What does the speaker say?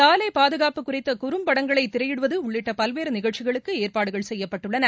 சாலை பாதுகாப்பு குறித்த குறம்படங்களை திரையிடுவது உள்ளிட்ட பல்வேறு நிகழச்சிகளுக்கு ஏற்பாடுகள் செய்யப்பட்டள்ளன